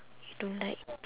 don't like